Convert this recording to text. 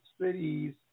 cities